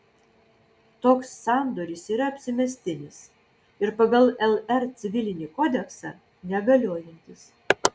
toks sandoris yra apsimestinis ir pagal lr civilinį kodeksą negaliojantis